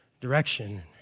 direction